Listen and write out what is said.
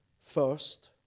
first